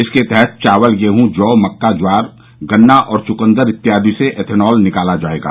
इसके तहत चावल गेहूं जौ मक्का ज्वार गन्ना और चुकंदर इत्यादि से एथेनॉल निकाला जाएगा